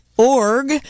org